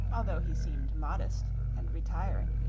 although he seemed modest and retiring.